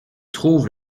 trouves